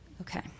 Okay